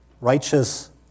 righteous